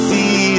See